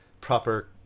proper